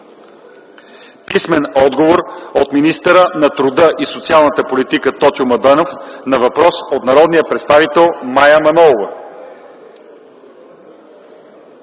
Писмен отговор от министъра на труда и социалната политика Тотю Младенов на въпрос от народния представител Мая Манолова.